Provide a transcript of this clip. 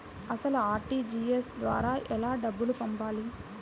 అసలు అర్.టీ.జీ.ఎస్ ద్వారా ఎలా డబ్బులు పంపాలి?